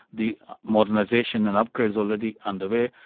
the modernisation and upgrades already underway,